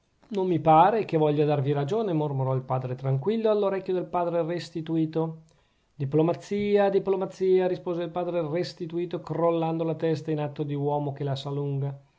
non mi pare che voglia darvi ragione mormorò il padre tranquillo all'orecchio del padre restituto diplomazia diplomazia rispose il padre restituto crollando la testa in atto di uomo che la sa lunga